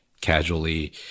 casually